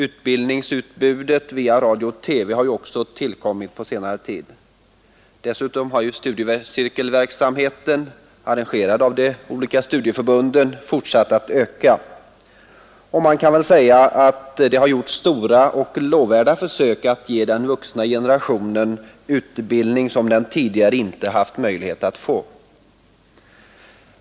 Utbildningsutbudet via radio och TV har också tillkommit på senare tid. Dessutom har studiecirkelverksamheten, arrangerad av de olika studieförbunden, fortsatt att öka. Man kan säga att det gjorts stora och lovvärda försök att ge den vuxna generationen en utbildning som den tidigare inte hade möjlighet att få.